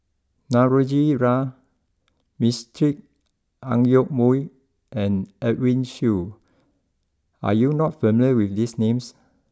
Navroji R Mistri Ang Yoke Mooi and Edwin Siew are you not familiar with these names